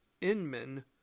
Inman